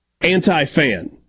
anti-fan